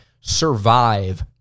survive